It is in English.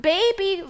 Baby